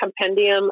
compendium